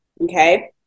Okay